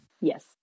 Yes